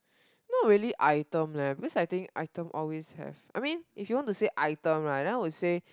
not really item leh because I think item always have I mean if you want to say item right then I would say